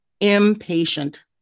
Impatient